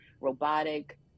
robotic